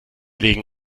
legen